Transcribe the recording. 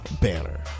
banner